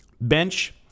Bench